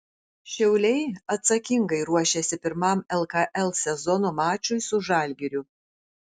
šiauliai atsakingai ruošiasi pirmam lkl sezono mačui su žalgiriu